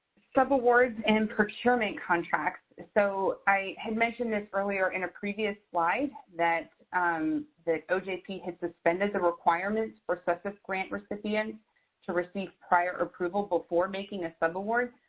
subawards and procurement contracts. so i had mentioned this earlier in a previous slide that um ojp has suspended the requirements for so cesf grant recipients to receive prior approval before making a subaward.